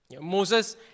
Moses